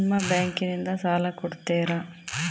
ನಿಮ್ಮ ಬ್ಯಾಂಕಿನಿಂದ ಸಾಲ ಕೊಡ್ತೇರಾ?